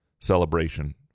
celebration